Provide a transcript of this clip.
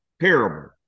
terrible